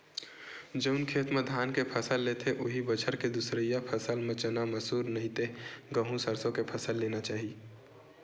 जउन खेत म धान के फसल लेथे, उहीं बछर के दूसरइया फसल म चना, मसूर, नहि ते गहूँ, सरसो के फसल लेना चाही